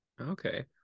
Okay